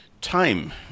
time